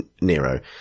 nero